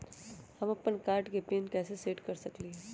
हम अपन कार्ड के पिन कैसे सेट कर सकली ह?